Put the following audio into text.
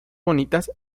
bonitas